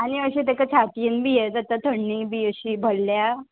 आनी अशें ताका छातयेन बी येता थंडी बी अशी भल्ल्या